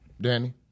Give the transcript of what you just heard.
Danny